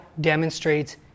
demonstrates